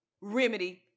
remedy